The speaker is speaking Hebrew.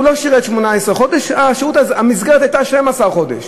הוא לא שירת 18 חודש, המסגרת הייתה 12 חודש,